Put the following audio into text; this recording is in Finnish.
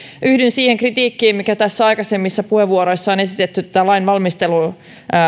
yhdyn siihen kritiikkiin mitä tässä aikaisemmissa puheenvuoroissa on esitetty tätä lain valmistelua